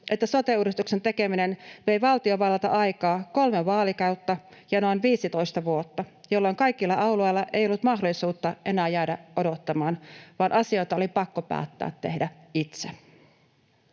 että sote-uudistuksen tekeminen vei valtiovallalta aikaa kolme vaalikautta ja noin 15 vuotta, jolloin kaikilla alueilla ei ollut mahdollisuutta enää jäädä odottamaan, vaan asioita oli pakko päättää tehdä itse.